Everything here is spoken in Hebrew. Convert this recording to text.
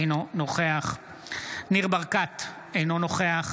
אינו נוכח ניר ברקת, אינו נוכח